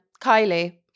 Kylie